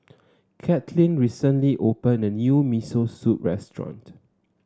Katlin recently open a new Miso Soup restaurant